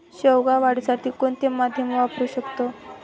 शेवगा वाढीसाठी कोणते माध्यम वापरु शकतो?